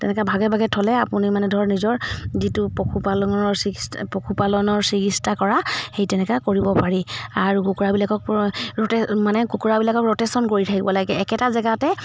তেনেকৈ ভাগে ভাগে থ'লে আপুনি মানে ধৰক নিজৰ যিটো পশুপালনৰ চিকিৎসা পশুপালনৰ চিকিৎসা কৰা সেই তেনেকৈ কৰিব পাৰি আৰু কুকুৰাবিলাকক মানে কুকুৰাবিলাকক ৰ'টেশ্যন কৰি থাকিব লাগে একেটা জেগাতে